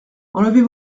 enlevez